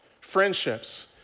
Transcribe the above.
friendships